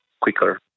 quicker